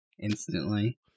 instantly